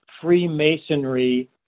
Freemasonry